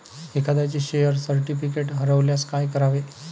एखाद्याचे share certificate हरवल्यास काय करावे?